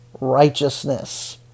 righteousness